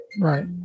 Right